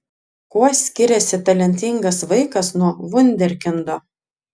kuo skiriasi talentingas vaikas nuo vunderkindo